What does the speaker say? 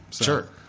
sure